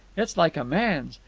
it's like a man's.